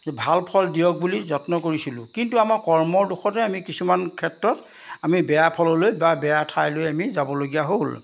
ভাল ফল দিয়ক বুলি যত্ন কৰিছিলোঁ কিন্তু আমাৰ কৰ্মৰ দুখতে আমি কিছুমান ক্ষেত্ৰত আমি বেয়া ফললৈ বা বেয়া ঠাইলৈ আমি যাবলগীয়া হ'ল